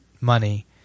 money